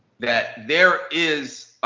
that there is